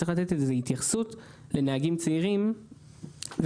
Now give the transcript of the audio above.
צריך לתת לזה התייחסות לנהגים צעירים ולמספר